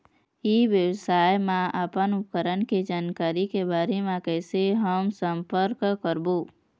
ई व्यवसाय मा अपन उपकरण के जानकारी के बारे मा कैसे हम संपर्क करवो?